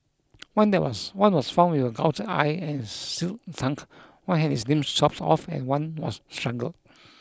one there was one was found with a gouged eye and slit tongue one had its limbs chopped off and one was strangled